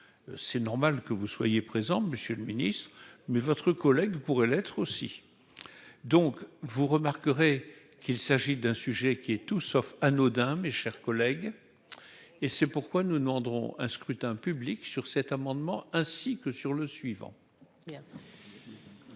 c'est normal que vous soyez présent Monsieur le Ministre, mais votre collègue, pourrait l'être aussi, donc, vous remarquerez qu'il s'agit d'un sujet qui est tout sauf anodin, mes chers collègues, et c'est pourquoi nous demanderons un scrutin public sur cet amendement, ainsi que sur le suivant.